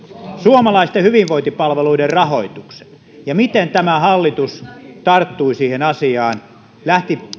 suomalaisten hyvinvointipalveluiden rahoituksen ja miten tämä hallitus tarttui siihen asiaan lähti